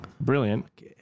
Brilliant